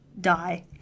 die